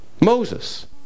Moses